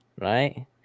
Right